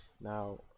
Now